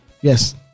yes